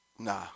Nah